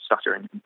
stuttering